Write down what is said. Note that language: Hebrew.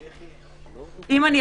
אם,